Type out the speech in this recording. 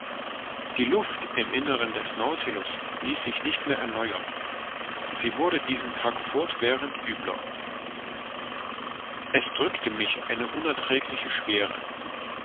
die luft im inneren des nautilus ließ sich nicht mehr erneuern sie wurde diesen tag über fortwährend übler es drückte mich eine unerträgliche schwere